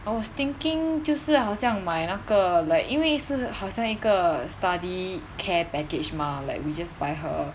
I was thinking 就是好像买那个 like 因为是好像一个 study care package mah like we just buy her